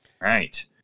Right